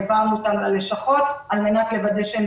העברנו אותם ללשכות על מנת לוודא שהם